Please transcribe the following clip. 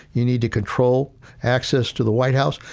you need to control access to the white house,